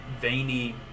veiny